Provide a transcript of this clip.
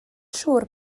siŵr